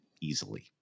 easily